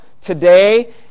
today